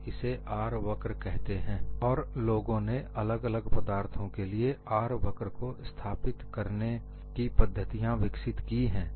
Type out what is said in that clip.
लोग इसे R वक्र कहते हैं और लोगों ने अलग अलग पदार्थों के लिए R वक्र को स्थापित करने की पद्धतियां विकसित की है